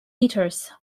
metres